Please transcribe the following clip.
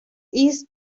his